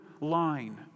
line